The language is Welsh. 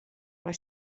mae